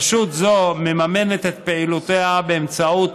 רשות זו מממנת את פעילותה באמצעות